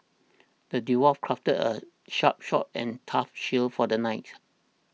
the dwarf crafted a sharp sword and tough shield for the knight